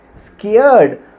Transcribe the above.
scared